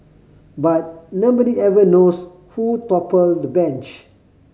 but nobody ever knows who toppled the bench